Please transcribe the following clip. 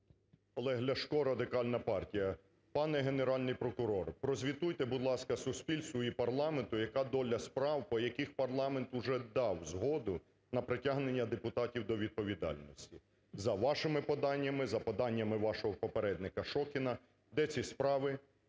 Олег Ляшко, Радикальна партія. Пане Генеральний прокурор, прозвітуйте, будь ласка, суспільству і парламенту, яка доля справ, по яких парламент уже дав згоду на притягнення депутатів до відповідальності за вашими поданнями, за поданнями вашого попередника Шокіна: де ці справи,